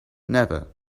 never